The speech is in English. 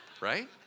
Right